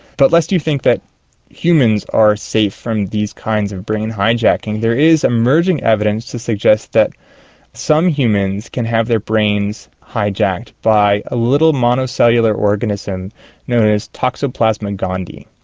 but lest you think that humans are safe from these kinds of brain hijacking, there is emerging evidence to suggest that some humans can have their brains hijacked by a little monocellular organism known as toxoplasma gondii.